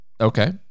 Okay